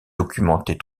documentée